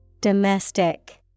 Domestic